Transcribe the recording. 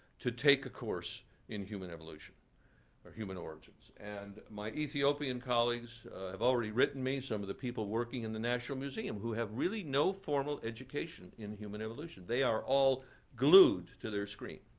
to take a course in human evolution or human origins. and my ethiopian colleagues have already written me, some of the people working in the national museum, who have really no formal education in human evolution. they are all glued to their screen,